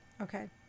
okay